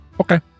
Okay